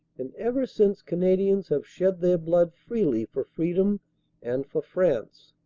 and ever since canadians have shed their blood freely for freedom and for france.